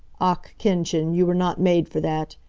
ach, kindchen, you were not made for that.